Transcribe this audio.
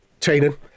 Training